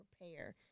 prepare